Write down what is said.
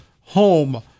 home